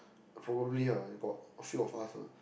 probably ah got a few of us ah